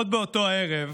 עוד באותו הערב